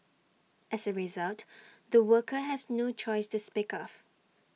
as A result the worker has no choice to speak of